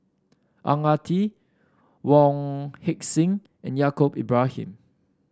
Ang Ah Tee Wong Heck Sing and Yaacob Ibrahim